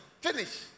Finish